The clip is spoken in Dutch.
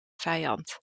vijand